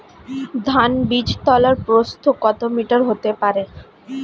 ধান বীজতলার প্রস্থ কত মিটার হতে হবে?